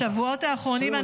בשבועות האחרונים,